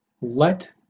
let